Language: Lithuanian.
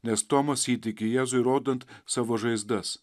nes tomas įtiki jėzui įrodant savo žaizdas